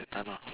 the thanos